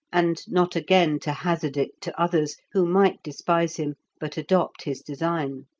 and not again to hazard it to others, who might despise him, but adopt his design.